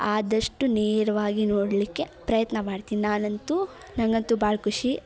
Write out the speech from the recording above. ಆದಷ್ಟು ನೇರವಾಗಿ ನೋಡಲಿಕ್ಕೆ ಪ್ರಯತ್ನ ಮಾಡ್ತೀನಿ ನಾನಂತೂ ನಂಗೆ ಅಂತೂ ಭಾಳ ಖುಷಿ